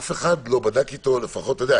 אף אחד לא בדק אתו לפחות אתה יודע,